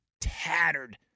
tattered